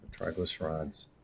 triglycerides